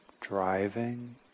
driving